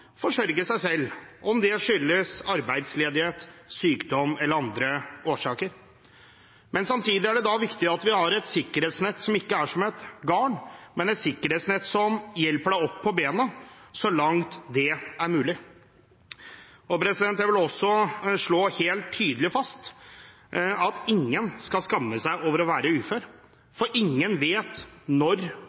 forsørge seg selv – om det skyldes arbeidsledighet, sykdom eller har andre årsaker. Det er da viktig at vi har et sikkerhetsnett som ikke er som et garn, men et sikkerhetsnett som hjelper en opp på bena så langt det er mulig. Jeg vil også slå helt tydelig fast at ingen skal skamme seg over å være ufør, for ingen vet når